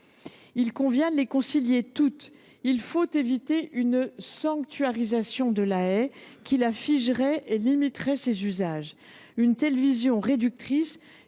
il convient de les concilier toutes et d’éviter toute sanctuarisation de la haie qui la figerait et en limiterait les usages. Une telle vision, réductrice,